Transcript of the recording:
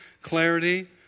clarity